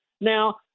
now